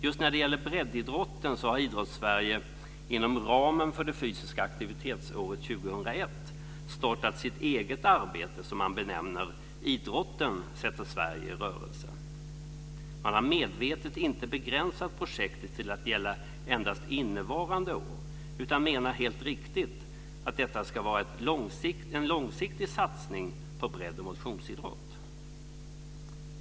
Just när det gäller breddidrotten har Idrotts 2001 startat sitt eget arbete, som man benämner Idrotten sätter Sverige i rörelse. Man har medvetet inte begränsat projektet till att gälla endast innevarande år utan menar helt riktigt att detta ska vara en långsiktig satsning på bredd och motionsidrott.